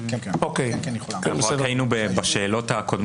רק היינו בשאלות הקודמות.